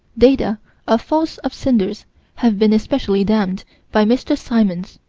data of falls of cinders have been especially damned by mr. symons,